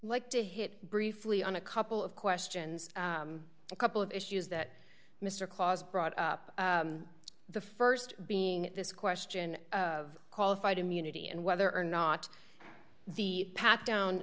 like to hit briefly on a couple of questions a couple of issues that mr claus brought up the st being this question of qualified immunity and whether or not the pat down